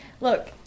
Look